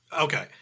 okay